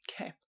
Okay